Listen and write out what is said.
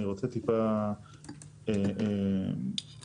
אני רוצה טיפה